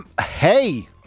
Hey